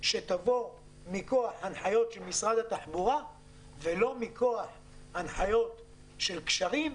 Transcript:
שתבוא מכוח הנחיות של משרד התחבורה ולא מכוח הנחיות של קשרים.